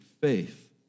faith